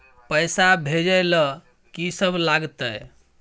पैसा भेजै ल की सब लगतै?